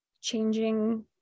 changing